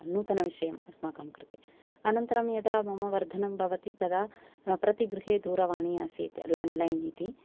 नूतनविषयम् अस्माकं कृते आनन्तरं यदा मम वर्धनं भवति तदा प्रतिगृहे दूरवाणी आसीत् लाण्ड् लैन् इति